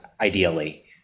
ideally